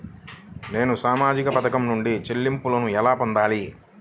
నేను సామాజిక పథకం నుండి చెల్లింపును ఎలా పొందాలి?